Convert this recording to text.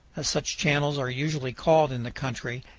as such channels are usually called in the country,